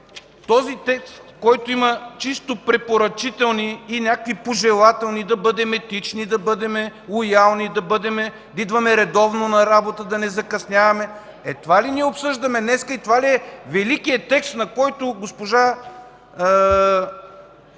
този текст, който има чисто препоръчителни и някакви пожелателни – да бъдем етични, да бъдем лоялни, да идваме редовно на работа, да не закъсняваме – това ли обсъждаме днес и това ли е великият текст, на който госпожа...